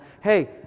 hey